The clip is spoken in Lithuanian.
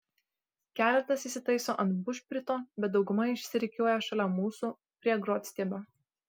keletas įsitaiso ant bušprito bet dauguma išsirikiuoja šalia mūsų prie grotstiebio